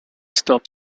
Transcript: stop